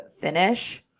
finish